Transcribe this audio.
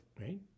right